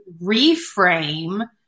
reframe